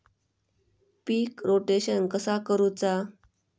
पीक rotation कसा करूचा?